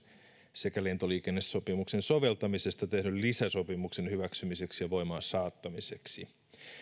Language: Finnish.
sekä lentoliikennesopimuksen soveltamisesta tehdyn lisäsopimuksen hyväksymiseksi ja voimaansaattamiseksi